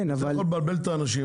זה עלול לבלבל את האנשים,